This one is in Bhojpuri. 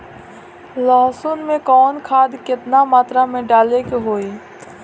लहसुन में कवन खाद केतना मात्रा में डाले के होई?